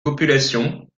populations